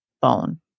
bone